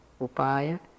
Upaya